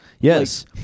Yes